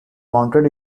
mounted